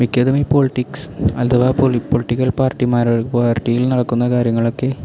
മിക്കതും ഈ പൊളിറ്റിക്സ് അഥവാ പോളി പോളിറ്റിക്കൽ പാർട്ടി മ പാർട്ടിയിൽ നടക്കുന്ന കാര്യങ്ങളൊക്കെ